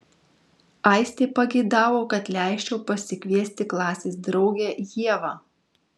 aistė pageidavo kad leisčiau pasikviesti klasės draugę ievą